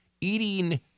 eating